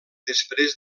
després